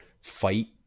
fight